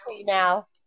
now